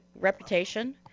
reputation